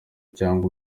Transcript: cyangwa